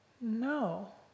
No